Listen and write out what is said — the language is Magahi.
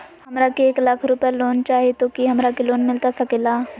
हमरा के एक लाख रुपए लोन चाही तो की हमरा के लोन मिलता सकेला?